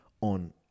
on